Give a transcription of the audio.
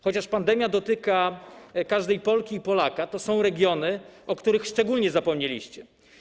Chociaż pandemia dotyka każdej Polki i każdego Polaka, to są regiony, o których szczególnie zapomnieliście.